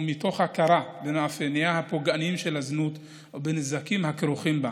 ומתוך הכרה במאפייניה הפוגעניים של הזנות ובנזקים הכרוכים בה.